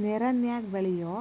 ನೇರನ್ಯಾಗ ಬೆಳಿಯೋ